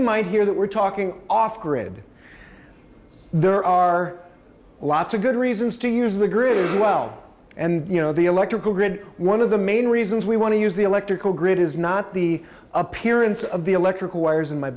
in mind here that we're talking off grid there are lots of good reasons to use the grid well and you know the electrical grid one of the main reasons we want to use the electrical grid is not the appearance of the electrical wires in my